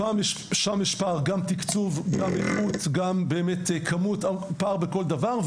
שם יש פער גם בתקצוב, גם בכמות פער בכל דבר.